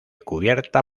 cubierta